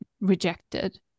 rejected